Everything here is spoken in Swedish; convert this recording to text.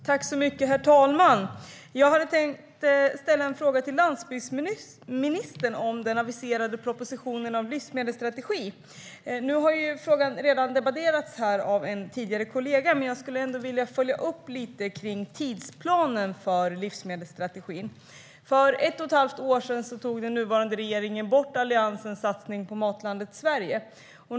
Herr talman! Jag hade tänkt ställa en fråga till landsbygdsministern om den aviserade propositionen om livsmedelsstrategi. Nu har en kollega redan debatterat frågan med landsbygdsministern. Men jag vill ändå följa upp tidsplanen för livsmedelsstrategin. För ett och ett halvt år sedan tog den nuvarande regeringen bort Alliansens satsning på Matlandet Sverige.